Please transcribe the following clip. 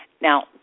Now